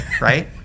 right